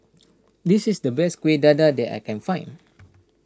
this is the best Kuih Dadar that I can find